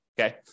Okay